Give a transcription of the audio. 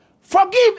forgive